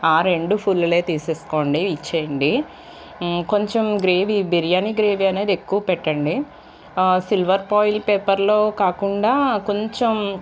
రెండు ఫుల్లులే తీసేసుకోండి ఇచ్చేయండి కొంచెం గ్రేవీ బిర్యాని గ్రేవీ అనేది ఎక్కువ పెట్టండి సిల్వర్ కాయిల్ పేపర్లో కాకుండా కొంచెం